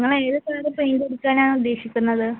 നിങ്ങൾ ഏത് colour paint അടിക്കാനാണ് ഉദ്ദേശിക്കുന്നത്